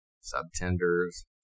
Sub-tenders